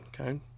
Okay